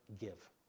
give